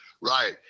right